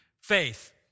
faith